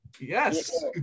Yes